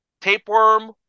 tapeworm